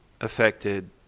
affected